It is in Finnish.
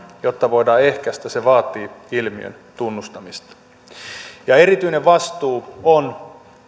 jotta voidaan ehkäistä se vaatii ilmiön tunnustamista erityinen vastuu on